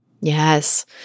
Yes